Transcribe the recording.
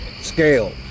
scale